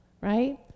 right